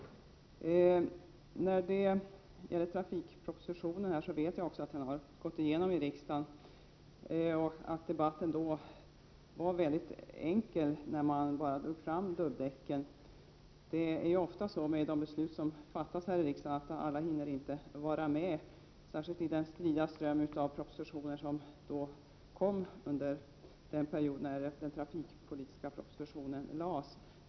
Jag vet också att trafikpropositionen har gått igenom i riksdagen och att debatten då var mycket enkel — när man bara diskuterade dubbdäcken. Det är ofta så med de beslut som fattas här i riksdagen att alla inte hinner vara med. Det gäller särskilt i den strida ström av propositioner som kom under den period då den trafikpolitiska propositionen lades fram.